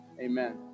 Amen